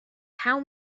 how